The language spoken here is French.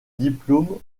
diplôme